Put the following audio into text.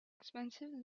expensive